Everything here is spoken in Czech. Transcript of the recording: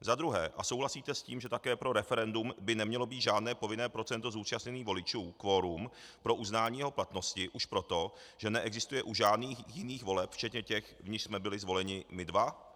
Za druhé a souhlasíte s tím, že také pro referendum by nemělo být žádné povinné procento zúčastněných voličů, kvorum, pro uznání jeho platnosti už proto, že neexistuje u žádných jiných voleb včetně těch, v nichž jsme byli zvoleni my dva?